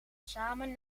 samen